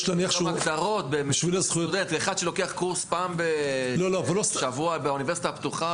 יש לו הגדרות --- אחד שלוקח קורס פעם בשבוע באוניברסיטה הפתוחה,